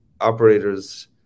operators